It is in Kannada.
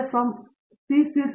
ಪ್ರತಾಪ್ ಹರಿಡೋಸ್ ಸರಿ ಸರಿ